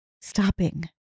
stopping